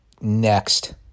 Next